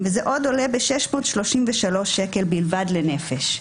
וזה עוד ב-633 שקל בלבד לנפש.